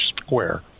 square